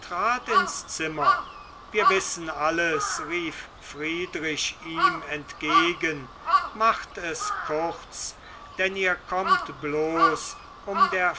trat ins zimmer wir wissen alles rief friedrich ihm entgegen macht es kurz denn ihr kommt bloß um der